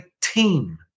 team